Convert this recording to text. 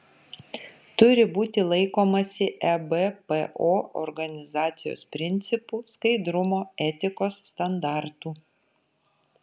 turi būti laikomasi ebpo organizacijos principų skaidrumo etikos standartų